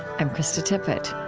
i'm krista tippett